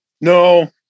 No